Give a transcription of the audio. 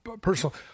personal